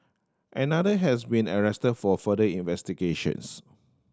another has been arrested for further investigations